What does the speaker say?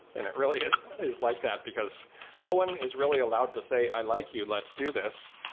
and it really is is like that, because no one is really allowed to say, i like you. let's do this,